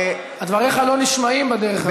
דבריך לא נשמעים בדרך הזאת.